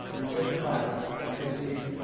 you're going to fail because you,